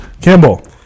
Campbell